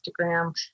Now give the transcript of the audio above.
Instagram